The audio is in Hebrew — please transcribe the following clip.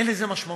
אין לזה משמעות,